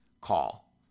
call